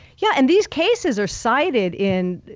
yeah. and these cases are cited in,